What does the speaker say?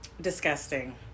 Disgusting